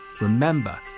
remember